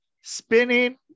spinning